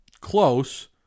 close